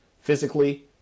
physically